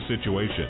situation